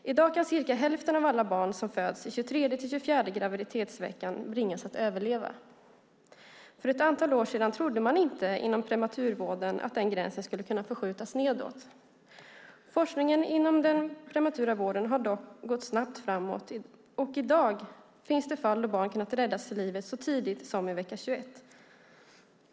I dag kan cirka hälften av alla barn som föds i 23:e-24:e graviditetsveckan bringas att överleva. För ett antal år sedan trodde man inte inom prematurvården att den gränsen skulle kunna förskjutas nedåt. Forskningen inom den prematura vården har dock gått snabbt framåt, och i dag finns det fall då barn kunnat räddas till livet så tidigt som i vecka 21.